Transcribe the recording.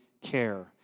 care